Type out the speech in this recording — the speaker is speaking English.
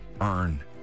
earn